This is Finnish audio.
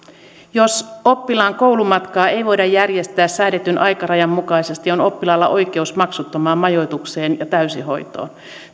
jos oppilaan koulumatkaa ei voida järjestää säädetyn aikarajan mukaisesti on oppilaalla oikeus maksuttomaan majoitukseen ja täysihoitoon